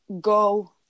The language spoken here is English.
go